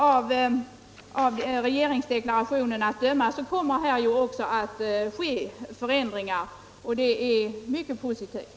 Av regeringsdeklarationen att döma kommer det också att ske förändringar, och det är mycket positivt.